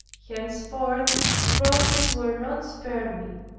henceforth crosses were not spared me,